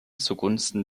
zugunsten